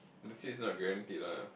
the seats not guaranteed lah